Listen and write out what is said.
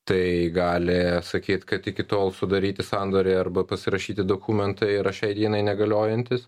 tai gali sakyt kad iki tol sudaryti sandoriai arba pasirašyti dokumentai yra šiai dienai negaliojantys